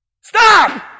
stop